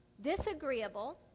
disagreeable